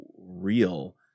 real